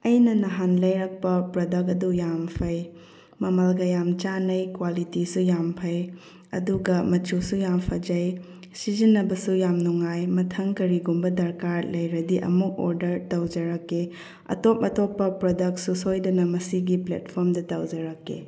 ꯑꯩꯅ ꯅꯍꯥꯟ ꯂꯩꯔꯛꯄ ꯄ꯭ꯔꯗꯛ ꯑꯗꯨ ꯌꯥꯝ ꯐꯩ ꯃꯃꯜꯒ ꯌꯥꯝ ꯆꯥꯟꯅꯩ ꯀ꯭ꯋꯥꯂꯤꯇꯤꯁꯨ ꯌꯥꯝ ꯐꯩ ꯑꯗꯨꯒ ꯃꯆꯨꯁꯨ ꯌꯥꯝ ꯐꯖꯩ ꯁꯤꯖꯤꯟꯅꯕꯁꯨ ꯌꯥꯝ ꯅꯨꯡꯉꯥꯏ ꯃꯊꯪ ꯀꯔꯤꯒꯨꯝꯕ ꯗꯔꯀꯥꯔ ꯂꯩꯔꯗꯤ ꯑꯃꯨꯛ ꯑꯣꯔꯗꯔ ꯑꯃꯨꯛ ꯇꯧꯖꯔꯛꯀꯦ ꯑꯇꯣꯞ ꯑꯇꯣꯞꯄ ꯄ꯭ꯔꯗꯛꯁꯨ ꯁꯣꯏꯗꯅ ꯃꯁꯤ ꯄ꯭ꯂꯦꯠꯐꯣꯔꯝꯗ ꯁꯣꯏꯗꯅ ꯇꯧꯖꯔꯛꯀꯦ